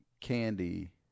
candy